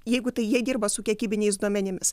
jeigu tai jie dirba su kiekybiniais duomenimis